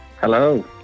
hello